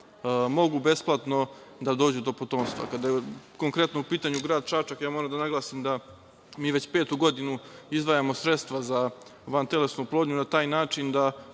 mogu besplatno da dođu do potomstva. Kada je konkretno u pitanju grad Čačak, moram da naglasim da mi već petu godinu izdvajamo sredstva za vantelesnu oplodnju na taj način da